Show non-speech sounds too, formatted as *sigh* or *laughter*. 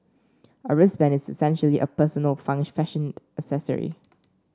a wristband is essentially a personal *unintelligible* fashion accessory *noise*